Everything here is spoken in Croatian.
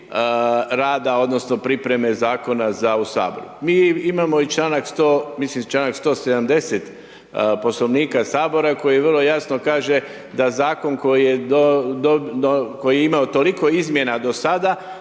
odnosno pripreme Zakona za u HS. Mi imamo i čl. 100., mislim čl. 170. Poslovnika HS koji vrlo jasno kaže da Zakon koji je imao toliko izmjena do sada,